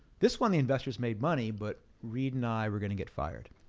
this one the investors made money, but reed and i were gonna get fired.